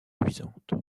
luisante